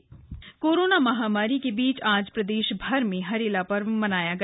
हरेला प्रदेश कोरोना महामारी के बीच आज प्रदेशभर में हरेला पर्व मनाया गया